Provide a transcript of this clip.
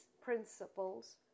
principles